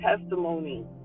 testimony